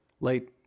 late